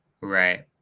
Right